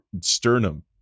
sternum